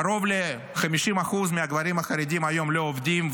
קרוב ל-50% מהגברים החרדים היום לא עובדים,